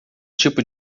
tipo